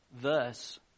Thus